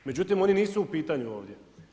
Međutim, oni nisu u pitanju ovdje.